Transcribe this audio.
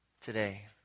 today